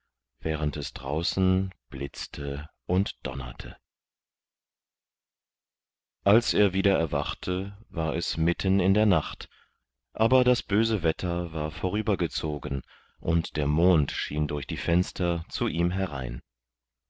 während es draußen blitzte und donnerte als er wieder erwachte war es mitten in der nacht aber das böse wetter war vorübergezogen und der mond schien durch die fenster zu ihm herein